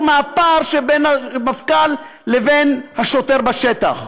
מפער שבין המפכ"ל לבין השוטר בשטח.